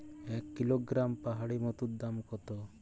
এক কিলোগ্রাম পাহাড়ী মধুর দাম কত?